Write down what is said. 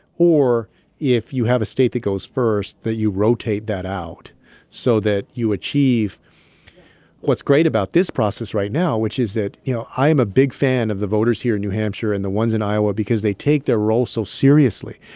or if you have a state that goes first, that you rotate that out so that you achieve what's great about this process right now, which is that you know, i'm a big fan of the voters here in new hampshire and the ones in iowa because they take their role so seriously.